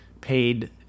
paid